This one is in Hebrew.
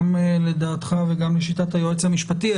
גם לדעתך וגם לשיטת היועץ המשפטי,